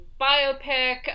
biopic